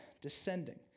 descending